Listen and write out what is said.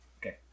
Okay